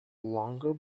longer